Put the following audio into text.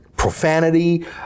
profanity